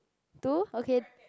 two okay